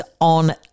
on